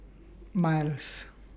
Miles